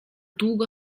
długo